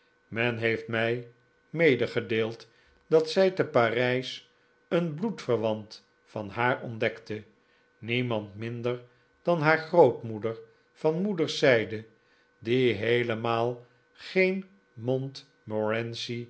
men heeft mij medegedeeld dat zij te parijs een bloedverwant van haar ontdekte niemand minder dan haar grootmoeder van moederszijde die heelemaal geen